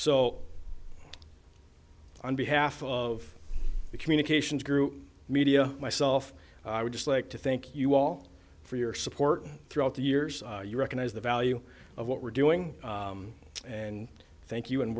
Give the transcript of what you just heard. so on behalf of the communications group media myself i would just like to thank you all for your support throughout the years you recognize the value of what we're doing and thank you and